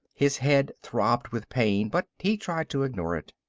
his head throbbed with pain, but he tried to ignore it.